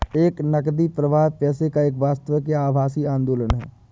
एक नकदी प्रवाह पैसे का एक वास्तविक या आभासी आंदोलन है